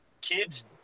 kids